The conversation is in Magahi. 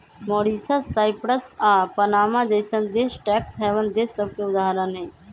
मॉरीशस, साइप्रस आऽ पनामा जइसन्न देश टैक्स हैवन देश सभके उदाहरण हइ